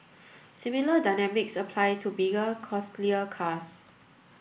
similar dynamics apply to bigger costlier cars